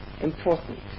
important